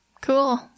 cool